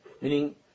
Meaning